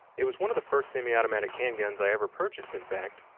it was one of the first semi-automatic handguns i ever purchased in fact,